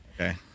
Okay